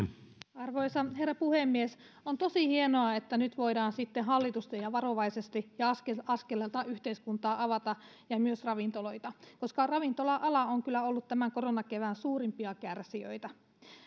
arvoisa herra puhemies on tosi hienoa että nyt voidaan hallitusti ja varovaisesti ja askel askelelta avata yhteiskuntaa ja myös ravintoloita koska ravintola ala on kyllä ollut tämän koronakevään suurimpia kärsijöitä